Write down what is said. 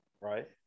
Right